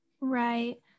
Right